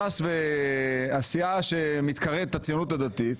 ש"ס והסיעה המתקראת הציונות הדתית,